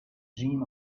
dream